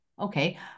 Okay